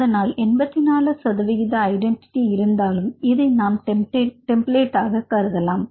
அதனால் 84 சதவிகித ஐடென்டிட்டி இருந்தாலும் இதை நாம் டெம்ப்ளேட் ஆக கருதலாம்